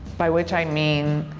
by which i mean,